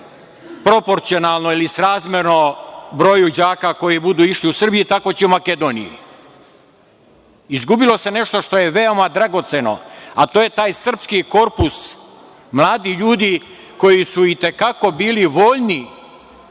proporcionalno ili srazmerno broju đaka koji budu išli u Srbiji tako će u Makedoniji. Izgubilo se nešto što je veoma dragoceno, a to je taj srpski korpus mladih ljudi koji su i te kako bili voljni,